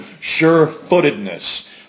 sure-footedness